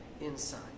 inside